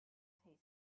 tasted